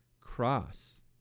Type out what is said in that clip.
cross